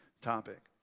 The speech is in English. topic